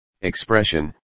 expression